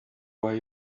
why